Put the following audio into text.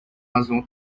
azul